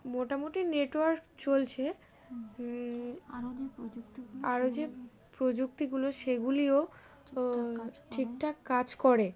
মোটামুটি নেটওয়ার্ক চলছে আরও যে প্রযুক্তি আরও যে প্রযুক্তিগুলো সেগুলিও ঠিক ঠাক কাজ করে